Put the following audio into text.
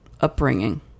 upbringing